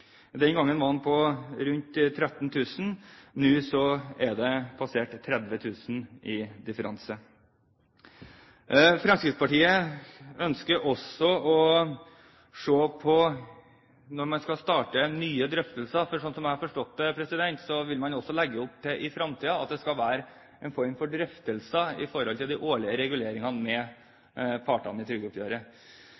Den gangen var den på rundt 13 000 kr, nå har den passert 30 000 kr i differanse. Fremskrittspartiet ønsker også at man når man skal starte nye drøftelser – for slik jeg har forstått det, vil man også i fremtiden legge opp til en form for drøftelser med partene i trygdeoppgjøret om de årlige reguleringene